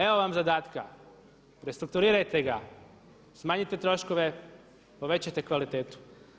Evo vam zadatka – restrukturirajte ga, smanjite troškove, povećajte kvalitetu.